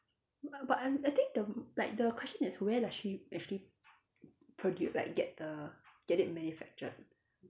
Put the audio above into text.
but I I think the like the question is where does she actually produ~ like get the get it manufactured